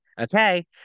Okay